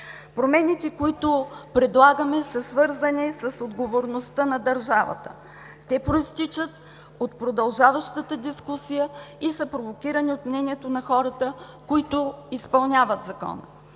Промените, които предлагаме, са свързани с отговорността на държавата. Те произтичат от продължаваща дискусия и са провокирани от мнението на хората, които изпълняват Закона.